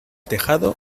tejado